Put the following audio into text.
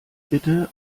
bitte